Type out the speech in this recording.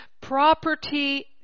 property